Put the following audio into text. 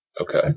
Okay